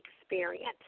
experience